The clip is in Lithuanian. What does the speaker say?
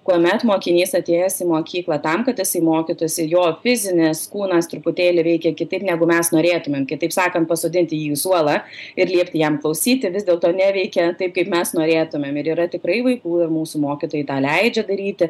kuomet mokinys atėjęs į mokyklą tam kad jisai mokytųsi jo fizinis kūnas truputėlį veikia kitaip negu mes norėtumėm kitaip sakant pasodinti jį į suolą ir liepti jam klausyti vis dėlto neveikia taip kaip mes norėtumėm ir yra tikrai vaikų ir mūsų mokytojai tą leidžia daryti